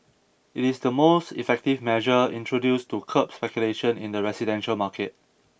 it is the most effective measure introduced to curb speculation in the residential market